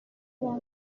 treize